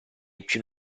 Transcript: più